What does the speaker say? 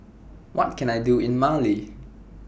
What Can I Do in Mali